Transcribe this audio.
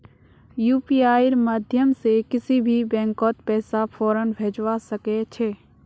यूपीआईर माध्यम से किसी भी बैंकत पैसा फौरन भेजवा सके छे